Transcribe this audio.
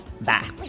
bye